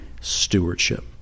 stewardship